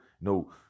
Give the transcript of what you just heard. no